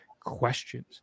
questions